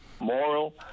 moral